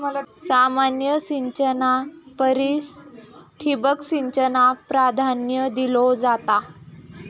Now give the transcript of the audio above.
सामान्य सिंचना परिस ठिबक सिंचनाक प्राधान्य दिलो जाता